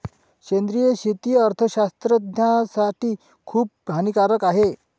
सेंद्रिय शेती अर्थशास्त्रज्ञासाठी खूप हानिकारक आहे